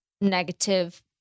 negative